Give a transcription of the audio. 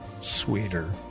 sweeter